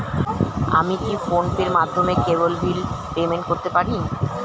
আমি কি ফোন পের মাধ্যমে কেবল বিল পেমেন্ট করতে পারি?